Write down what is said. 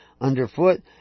underfoot